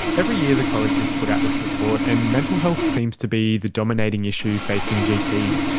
every year the college has put out this report, and mental health seems to be the dominating issue facing gps.